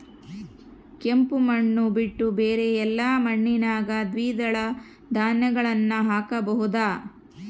ಕೆಂಪು ಮಣ್ಣು ಬಿಟ್ಟು ಬೇರೆ ಎಲ್ಲಾ ಮಣ್ಣಿನಾಗ ದ್ವಿದಳ ಧಾನ್ಯಗಳನ್ನ ಹಾಕಬಹುದಾ?